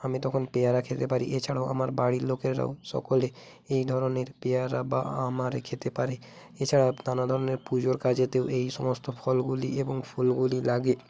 আমি তখন পেয়ারা খেতে পারি এছাড়াও আমার বাড়ির লোকেরাও সকলে এই ধরনের পেয়ারা বা আম আরে খেতে পারে এছাড়াও নানা ধরনের পুজোর কাজেতেও এই সমস্ত ফলগুলি এবং ফুলগুলি লাগে